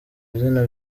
izina